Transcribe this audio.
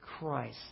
Christ